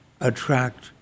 attract